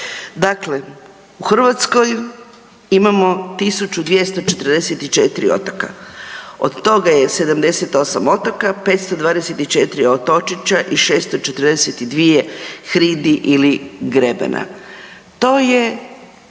Dakle, u Hrvatskoj imamo 1244 otoka, od toga je 78 otoka, 524 otočića i 642 hridi ili grebena, to je